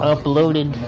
Uploaded